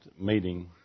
meeting